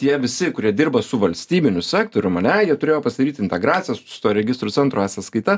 tie visi kurie dirba su valstybiniu sektorium ane jie turėjo pasidaryti integracijas su tuo registrų centru e sąskaita